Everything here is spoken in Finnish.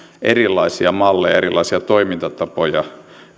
erilaisia malleja erilaisia toimintatapoja